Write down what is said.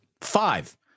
Five